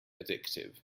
addictive